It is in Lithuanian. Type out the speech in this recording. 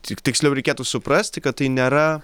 ti tiksliau reikėtų suprasti kad tai nėra